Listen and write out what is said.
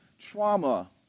trauma